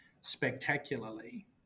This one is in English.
spectacularly